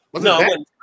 No